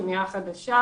בניה חדשה